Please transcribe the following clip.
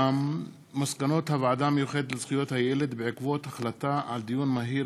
מסקנות הוועדה המיוחדת לזכויות הילד בעקבות דיון מהיר